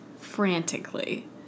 frantically